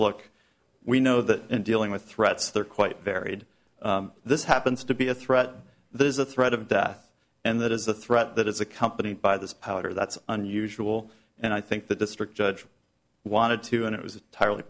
look we know that in dealing with threats they're quite varied this happens to be a threat there is a threat of death and that is the threat that is accompanied by this powder that's unusual and i think the district judge wanted to and it was t